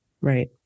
Right